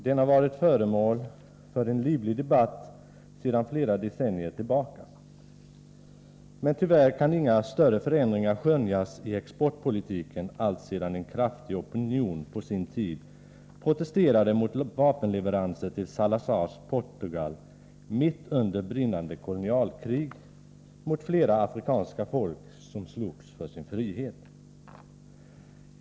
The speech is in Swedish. Den har varit föremål för en livlig debatt sedan flera decennier tillbaka. Men tyvärr kan inga större förändringar skönjas i exportpolitiken alltsedan en kraftig opinion på sin tid protesterade mot vapenleveranser till Salazars Portugal mitt under brinnande kolonialkrig mot flera afrikanska folk som slogs för sin frihet.